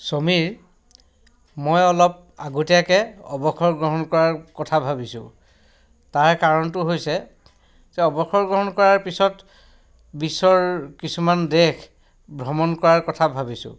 সমীৰ মই অলপ আগতীয়াকৈ অৱসৰ গ্ৰহণ কৰাৰ কথা ভাবিছোঁ তাৰ কাৰণটো হৈছে যে অৱসৰ গ্ৰহণ কৰাৰ পিছত বিশ্বৰ কিছুমান দেশ ভ্ৰমণ কৰাৰ কথা ভাবিছোঁ